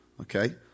Okay